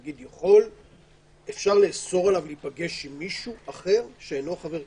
האם אפשר לאסור על חבר כנסת להיפגש עם מישהו אחר שאינו חבר כנסת?